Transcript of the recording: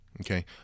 okay